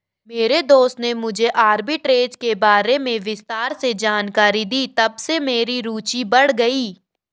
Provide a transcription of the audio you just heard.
मेरे दोस्त ने मुझे आरबी ट्रेज़ के बारे में विस्तार से जानकारी दी तबसे मेरी रूचि बढ़ गयी